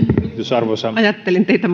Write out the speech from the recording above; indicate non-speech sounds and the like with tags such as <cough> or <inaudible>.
ajattelin teitä <unintelligible>